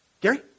Gary